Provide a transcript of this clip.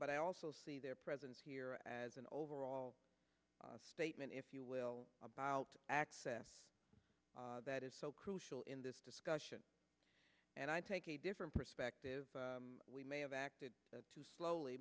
but i also see their presence here as an overall statement if you will about access that is so crucial in this discussion and i take a different perspective we may have acted slowly